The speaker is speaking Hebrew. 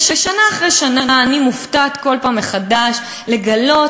ושנה אחרי שנה אני מופתעת כל פעם מחדש לגלות